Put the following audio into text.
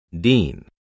dean